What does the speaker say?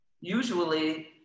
usually